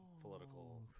Political